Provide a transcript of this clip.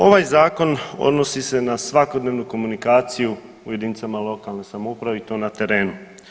Ovaj Zakon odnosi se na svakodnevnu komunikaciju u jedinicama lokalne samouprave i to na terenu.